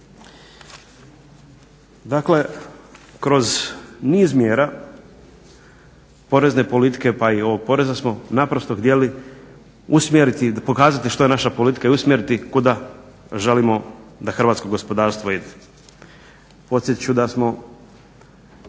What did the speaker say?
Dakle, kroz niz mjera porezne politike pa i ovog proza smo naprosto htjeli usmjeriti i pokazati što je naša politika, i usmjeriti kuda želimo da hrvatsko gospodarstvo ide. Podsjetit ću da smo